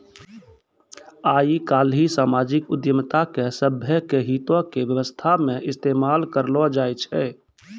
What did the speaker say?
आइ काल्हि समाजिक उद्यमिता के सभ्भे के हितो के व्यवस्था मे इस्तेमाल करलो जाय छै